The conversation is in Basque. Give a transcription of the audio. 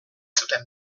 zuten